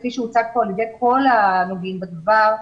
כפי שהוצג כאן על ידי כל הנוגעים בדבר,